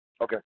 Okay